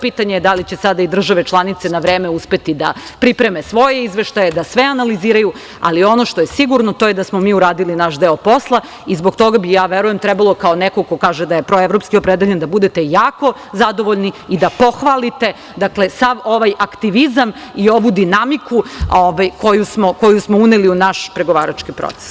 Pitanje je da li će sada i države članice na vreme uspeti da pripreme svoje izveštaje, da sve analiziraju, ali ono što je sigurno, to je da smo mi uradili naš deo posla i zbog toga bi, ja verujem, kao neko ko kaže da je proevropski opredeljen, da budete jako zadovoljni i da pohvalite sav ovaj aktivizam i ovu dinamiku koju smo uneli u naš pregovarački proces.